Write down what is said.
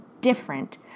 different